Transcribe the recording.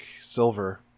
silver